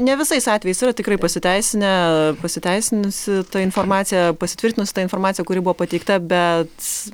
ne visais atvejais yra tikrai pasiteisinę pasiteisinusi ta informacija pasitvirtinusi su ta informacija kuri buvo pateikta bet